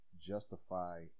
justify